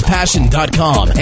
Passion.com